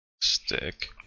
Stick